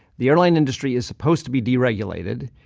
the airline industry is supposed to be deregulated.